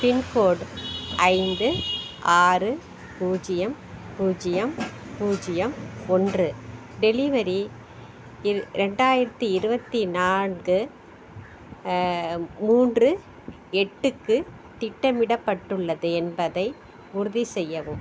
pincode ஐந்து ஆறு பூஜ்யம் பூஜ்யம் பூஜ்யம் ஒன்று டெலிவரி இரு ரெண்டாயிரத்தி இருபத்தி நான்கு மூன்று எட்டுக்கு திட்டமிடப்பட்டுள்ளது என்பதை உறுதி செய்யவும்